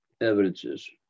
evidences